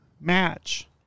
match